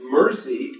mercy